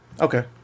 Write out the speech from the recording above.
Okay